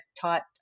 taught